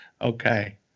Okay